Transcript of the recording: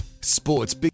Sports